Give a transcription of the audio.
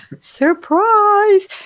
Surprise